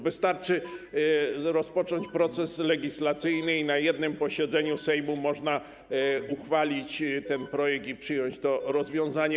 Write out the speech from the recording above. Wystarczy rozpocząć proces legislacyjny i na jednym posiedzeniu Sejmu można uchwalić ten projekt i przyjąć to rozwiązanie.